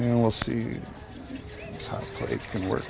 you know we'll see how it's going to work